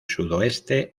sudoeste